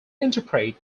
interpret